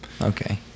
Okay